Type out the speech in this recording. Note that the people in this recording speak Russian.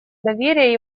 доверие